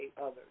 others